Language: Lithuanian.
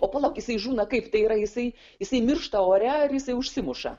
o palauk jisai žūna kaip tai yra jisai jisai miršta ore ar jisai užsimuša